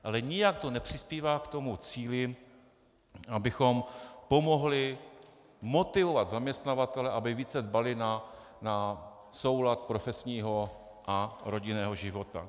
Ale nijak to nepřispívá k tomu cíli, abychom pomohli motivovat zaměstnavatele, aby více dbali na soulad profesního a rodinného života.